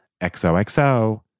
XOXO